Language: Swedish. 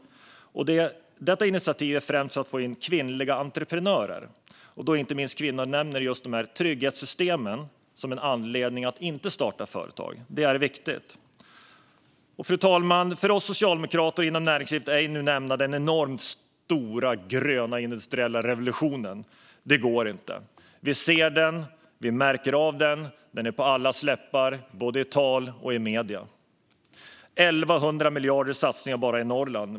Detta initiativ tas främst för att få fler kvinnliga entreprenörer, då inte minst kvinnor nämner trygghetssystemen som en anledning att inte starta företag. Det är viktigt. Fru talman! Att som socialdemokrat i näringslivsdebatten ej nämna den enormt stora, gröna industriella revolutionen - det går inte. Vi ser den, vi märker av den och den är på allas läppar både i tal och i medier. Det satsas 1 100 miljarder bara i Norrland.